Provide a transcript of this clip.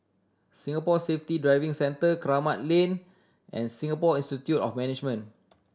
Singapore Safety Driving Centre Kramat Lane and Singapore Institute of Management